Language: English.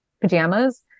pajamas